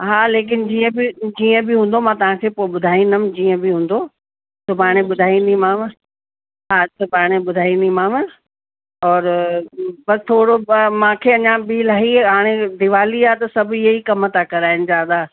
हा लेकिन जीअं बि जीअं बि हूंदो मां तव्हांखे पोइ ॿुधाईंदमि जीअं बि हूंदो सुभाणे ॿुधाईंदीमाव हा सुभाणे ॿुधाईंदीमाव और बसि थोरो म मूंखे अञा बि इलाही हाणे दीवाली आहे सभु ईअं ई कम था कराइनि ज्यादा